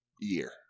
year